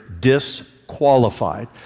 disqualified